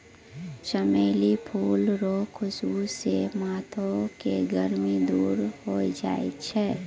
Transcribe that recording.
चमेली फूल रो खुशबू से माथो के गर्मी दूर होय छै